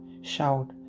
Shout